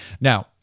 Now